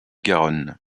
garonne